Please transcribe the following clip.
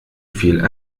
viel